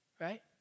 right